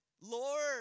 Lord